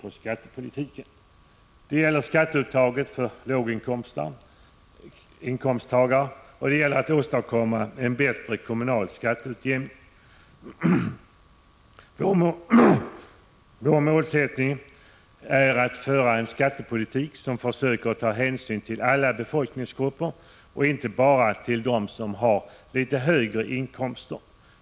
Det gäller att minska skatteuttaget för låginkomsttagare och att åstadkomma en bättre kommunal skatteutjämning. Vår målsättning är att föra en skattepolitik, som försöker ta hänsyn till alla befolkningsgrupper och inte bara till dem som har litet högre inkomster.